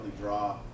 draw